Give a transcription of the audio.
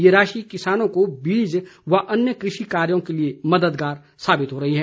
ये राशि किसानों को बीज व अन्य कृषि कार्यों के लिए मददगार साबित हो रही है